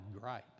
gripe